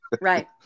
Right